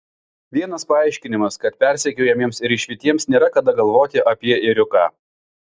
vienas paaiškinimas kad persekiojamiems ir išvytiems nėra kada galvoti apie ėriuką